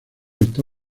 está